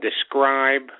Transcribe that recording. describe